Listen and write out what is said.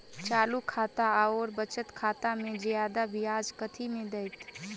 चालू खाता आओर बचत खातामे जियादा ब्याज कथी मे दैत?